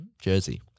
Jersey